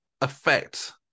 affect